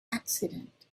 accident